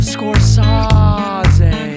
Scorsese